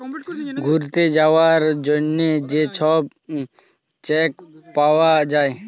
ঘ্যুইরতে যাউয়ার জ্যনহে যে ছব চ্যাক পাউয়া যায়